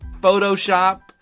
Photoshop